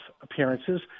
appearances